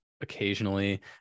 occasionally